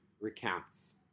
recounts